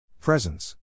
Presence